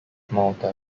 malta